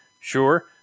sure